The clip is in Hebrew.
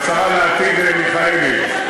והשרה לעתיד מיכאלי,